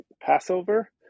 Passover